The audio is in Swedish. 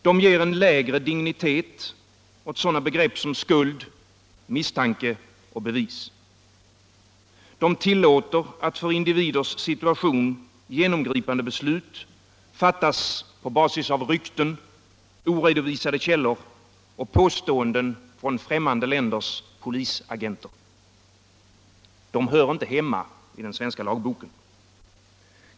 De ger en lägre dignitet åt sådana begrepp som skuld, misstanke och bevis. De tillåter att för individers situation genomgripande beslut fattas på basis av rykten, oredovisade källor och påståenden från främmande länders polisagenter. De hör inte hemma i den svenska lagboken.